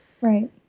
Right